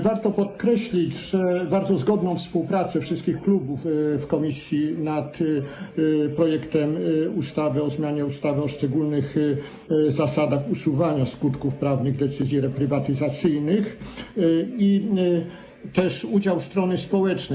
Warto podkreślić bardzo zgodną współpracę wszystkich klubów w komisji nad projektem ustawy o zmianie ustawy o szczególnych zasadach usuwania skutków prawnych decyzji reprywatyzacyjnych oraz udział strony społecznej.